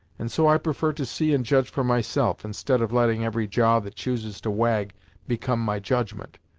and so i prefar to see and judge for myself, instead of letting every jaw that chooses to wag become my judgment.